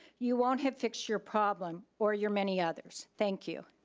you won't have fixed your problem, or your many others. thank you.